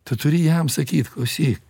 tu turi jam sakyt klausyk